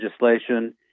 legislation